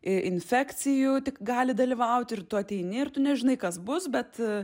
infekcijų tik gali dalyvaut ir tu ateini ir tu nežinai kas bus bet